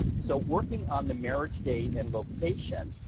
so working on the marriage date and location,